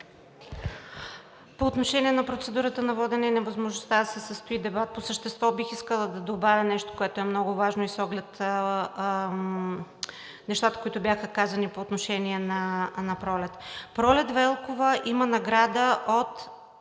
По отношение на процедурата на водене и невъзможността да се състои дебат, по същество бих искала да добавя нещо, което е много важно, и с оглед нещата, които бяха казани по отношение на Пролет. Пролет Велкова има награда от